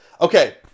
Okay